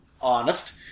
honest